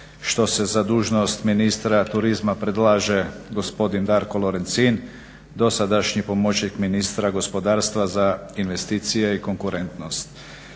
što se za dužnost ministra turizma predlaže gospodin Darko Lorecin dosadašnji pomoćnik ministra gospodarstva za investicije i konkurentnost.